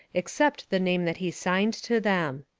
except the name that he signed to them.